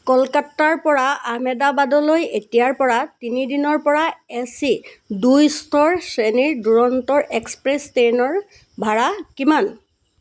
কলকাতাৰপৰা আহমেদাবাদলৈ এতিয়াৰপৰা তিনি দিনৰপৰা এ চি দুই স্তৰ শ্ৰেণীৰ দুৰন্তৰ এক্সপ্ৰেছ ট্ৰেইনৰ ভাড়া কিমান